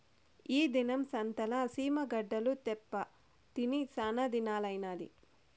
ఈ దినం సంతల సీమ గడ్డలు తేప్పా తిని సానాదినాలైనాది